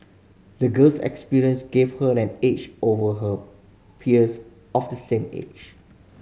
the girl's experience gave her an edge over her peers of the same age